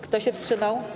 Kto się wstrzymał?